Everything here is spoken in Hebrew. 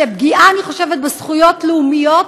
של פגיעה, אני חושבת, בזכויות לאומיות.